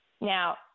Now